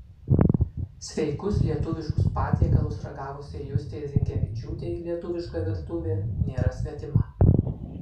sveikus lietuviškus patiekalus ragavusiai justei zinkevičiūtei lietuviška virtuvė nėra svetima